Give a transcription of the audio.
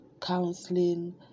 counseling